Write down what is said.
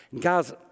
Guys